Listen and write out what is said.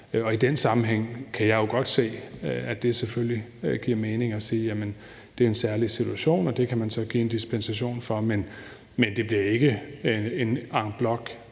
restituere. Derfor kan jeg godt se, at det selvfølgelig giver mening at sige, at det er en særlig situation, men at det kan man så give en dispensation for. Men det bliver ikke en en